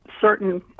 Certain